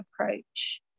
approach